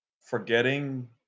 forgetting